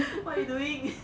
what you doing